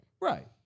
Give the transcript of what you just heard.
Right